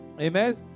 Amen